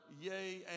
yea